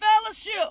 fellowship